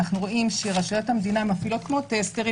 אנחנו רואים שרשויות המדינה מפעילות כמו טסטרים,